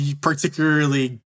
particularly